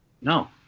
No